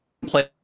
play –